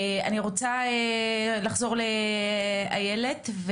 אני רוצה לחזור לאיילת,